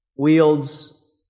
wields